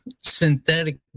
synthetic